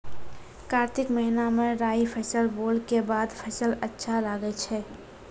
कार्तिक महीना मे राई फसल बोलऽ के बाद फसल अच्छा लगे छै